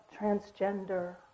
transgender